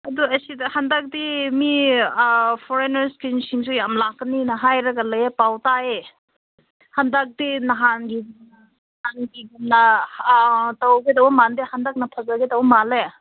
ꯑꯗꯨ ꯑꯁꯤꯗ ꯍꯟꯗꯛꯇꯤ ꯃꯤ ꯐꯣꯔꯦꯟꯅꯔꯁꯤꯡꯁꯤꯡꯁꯨ ꯌꯥꯝ ꯂꯥꯛꯀꯅꯤꯅ ꯍꯥꯏꯔꯒ ꯂꯩꯌꯦ ꯄꯥꯎ ꯇꯥꯏꯌꯦ ꯍꯟꯗꯛꯇꯤ ꯅꯍꯥꯟꯒꯤ ꯅꯍꯥꯟꯒꯤꯒꯨꯝꯅ ꯇꯧꯒꯗꯧꯕ ꯃꯥꯟꯗꯦ ꯍꯟꯗꯛꯅ ꯐꯖꯒꯗꯧ ꯃꯥꯜꯂꯦ